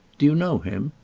do you know him?